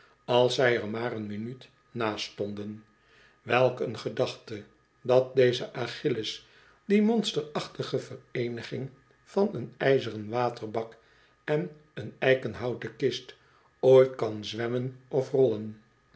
als zij er maar een minuut naast stonden welk een gedachte dat deze achilles die monsterachtige vereeniging van een ijzeren waterbak en een eikenhouten kist ooit kan zwemmen of rollen